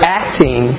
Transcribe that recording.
acting